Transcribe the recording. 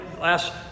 last